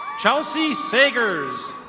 chelsea sagers.